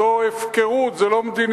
זו הפקרות, זו לא מדיניות.